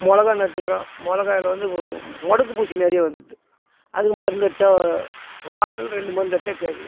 மிளகா நட்டுக்கிறோம் மிளகாயில வந்து மொடக்கு பூச்சி நிறைய வந்துருது அதுக்கு மருந்து அடிச்சால் வாரத்தில் ரெண்டு மருந்து அடிச்சால் கேட்குது